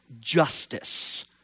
justice